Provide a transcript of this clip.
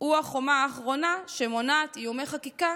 הוא החומה האחרונה שמונעת איומי חקיקה